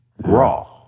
raw